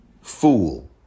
fool